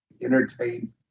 entertain